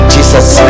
Jesus